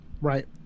Right